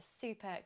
super